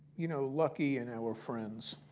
you know, lucky in our friends.